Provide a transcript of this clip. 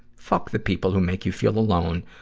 fuck the people who make you feel alone.